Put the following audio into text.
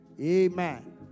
amen